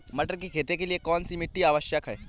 मटर की खेती के लिए कौन सी मिट्टी आवश्यक है?